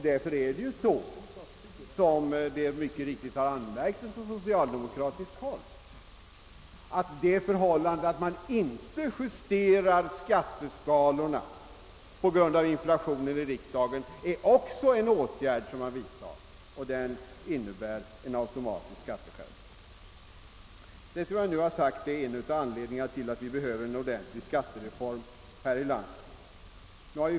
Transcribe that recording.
Det förhållandet att man inte i riksdagen justerar skatteskalorna på grund av inflationen är också en åtgärd, som innebär att man inte eliminerar en automatisk skatteskärpning, såsom mycket riktigt anmärkts från socialdemokratiskt håll. Vad jag nu sagt är en av anledningarna till att vi behöver en ordentlig skattereform här i landet.